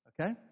Okay